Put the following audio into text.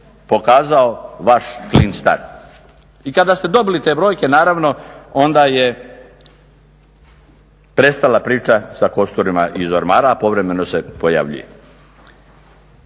pokazao vaš clean start. I kada ste dobili te brojke naravno onda je prestala priča sa kosturima iz ormara, a povremeno se pojavljuje.